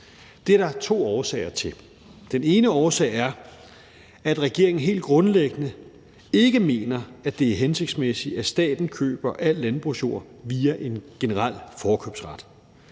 Det er der to årsager til. Den ene årsag er, at regeringen helt grundlæggende ikke mener, at det er hensigtsmæssigt, at staten køber al landbrugsjord via en generel forkøbsret.